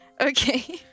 Okay